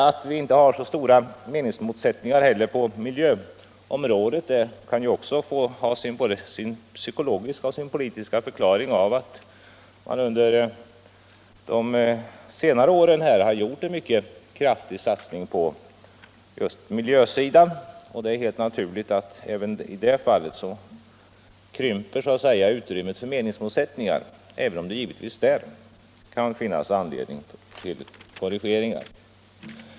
Att vi inte har så stora meningsmotsättningar på miljöområdet heller kan ha sin både psykologiska och politiska förklaring i att man under senare år har gjort en mycket kraftig satsning på just miljösidan. Det är därför helt naturligt att även i det fallet krymper utrymmet för meningsmotsättningar, även om det givetvis kan vara anledning till kor rigeringar.